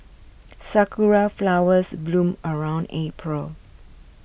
sakura flowers bloom around April